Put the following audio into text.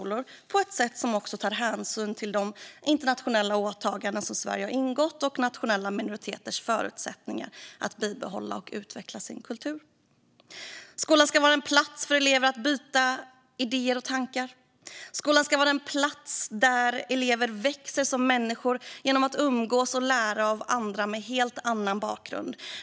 Vi vill göra det på ett sätt som också tar hänsyn till de internationella åtaganden som Sverige har ingått och till nationella minoriteters förutsättningar att bibehålla och utveckla sin kultur. Skolan ska vara en plats för elever att byta idéer och tankar. Skolan ska vara en plats där elever växer som människor genom att umgås med och lära av andra med helt annan bakgrund.